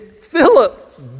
Philip